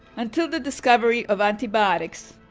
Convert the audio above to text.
until the discovery of antibiotics,